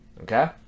okay